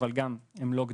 אבל לא גדולים.